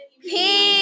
Peace